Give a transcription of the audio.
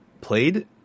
played